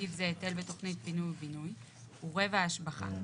בסעיף זה היטל בתכנית בינוי ובינוי הוא רבע השבחה.